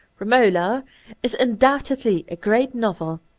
romola is undoubtedly a great novel,